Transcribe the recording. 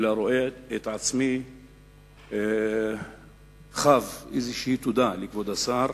לראות את עצמי חב איזושהי תודה לכבוד השר.